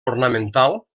ornamental